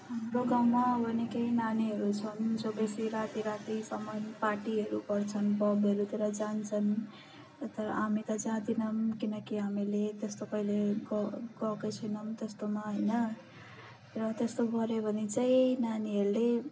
हाम्रो गाउँमा अब निकै नानीहरू छन् जो बेसी राति रातिसम्म पार्टीहरू गर्छन् पबहरूतिर जान्छन् तर हामी त जादिनौँ किनकि हामीले त्यस्तो कहिल्यै ग गएकै छैनौँ त्यस्तोमा होइन र त्यस्तो गऱ्यो भने चाहिँ नानीहरूले